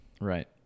Right